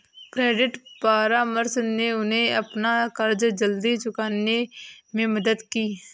credit परामर्श ने उन्हें अपना कर्ज जल्दी चुकाने में मदद की